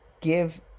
give